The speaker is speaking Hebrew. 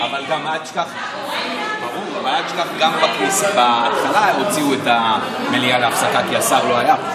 אל תשכח שגם בהתחלה הוציאו את המליאה להפסקה כי השר לא היה.